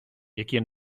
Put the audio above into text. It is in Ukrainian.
які